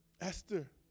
Esther